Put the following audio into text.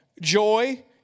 joy